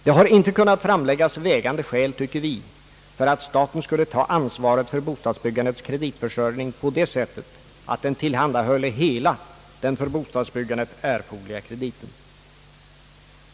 Det har inte kunnat framläggas vägande skäl, tycker vi, för att staten skulle ta ansvaret för bostadsbyggandets kreditförsörjning på det sättet att den tillhandahölle hela den för bostadsbyggandet erforderliga krediten.